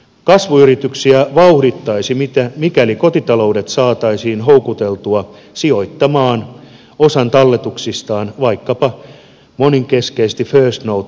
kasvuyrityksiä vauhdittaisi mikäli kotitaloudet saataisiin houkuteltua sijoittamaan osa talletuksistaan vaikkapa moninkeskeisesti first north markkinapaikan kautta